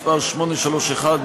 מס' 831,